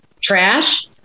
trash